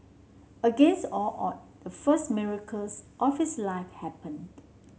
against all odd the first miracles of his life happened